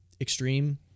extreme